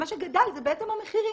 מה שגדל זה בעצם המחירים.